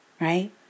right